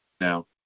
Now